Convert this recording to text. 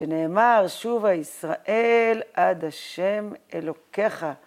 ונאמר שובה ישראל עד השם אלוקיך